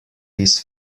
his